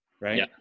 Right